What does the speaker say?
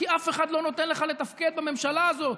כי אף אחד לא נותן לך לתפקד בממשלה הזאת,